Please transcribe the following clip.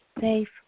safe